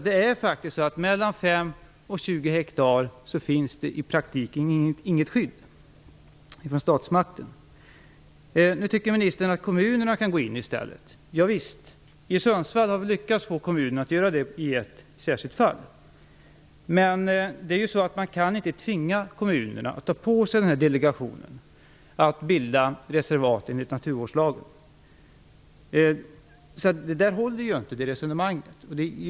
Det är faktiskt så att det i praktiken inte finns något skydd från statsmakten när det gäller områden som är mellan 5 Nu tycker ministern att kommunerna kan gå in i stället. I Sundsvall har vi lyckats få kommunen att göra det i ett särskilt fall. Men man kan inte tvinga kommunerna att ta på sig detta att bilda reservat enligt naturvårdslagen. Det resonemanget håller inte.